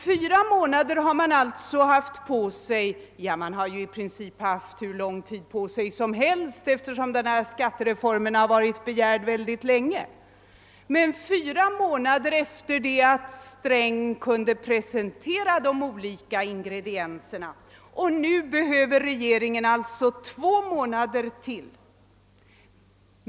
Fyra månader har man alltså haft på sig för det — ja, man har ju strängt taget haft hur lång tid på sig som helst, eftersom den här skattereformen begärts för mycket länge sedan, men man har haft fyra månader på sig sedan herr Sträng kunde presentera de olika huvudingredienserna — och nu behöver regeringen således ytterligare två månader.